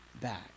back